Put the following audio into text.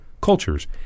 cultures